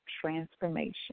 transformation